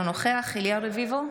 אינו נוכח אליהו רביבו,